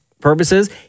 purposes